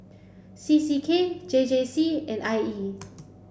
C C K J J C and I E